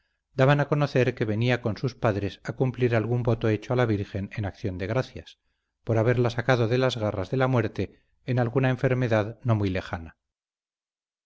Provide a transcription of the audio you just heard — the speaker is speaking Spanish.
daban a conocer que venía con sus padres a cumplir algún voto hecho a la virgen en acción de gracias por haberla sacado de las garras de la muerte en alguna enfermedad no muy lejana